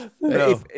No